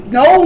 no